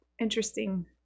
interesting